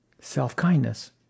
Self-kindness